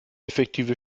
effektive